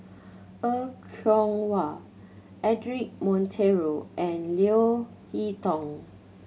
Er Kwong Wah Cedric Monteiro and Leo Hee Tong